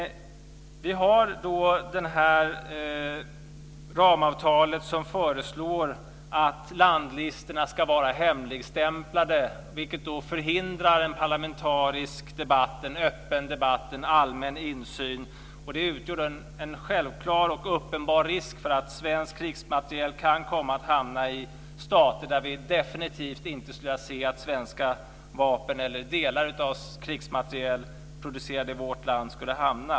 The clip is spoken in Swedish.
Vi har alltså ett ramavtal där det föreslås att landlistorna ska vara hemligstämplade, vilket förhindrar en parlamentarisk öppen debatt och en allmän insyn. Det utgör en självklar och uppenbar risk att svensk krigsmateriel kan komma att hamna i stater där vi definitivt inte skulle vilja se att svenska vapen eller delar av krigsmateriel producerad i vårt land skulle hamna.